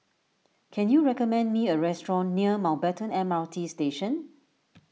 can you recommend me a restaurant near Mountbatten M R T Station